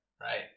right